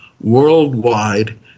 worldwide